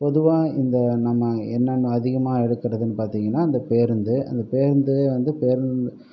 பொதுவாக இந்த நம்ம என்னென்னா அதிகமாக எடுக்கிறதுனு பார்த்தீங்கன்னா அந்த பேருந்து அந்த பேருந்து வந்து பேருந்து